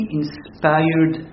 inspired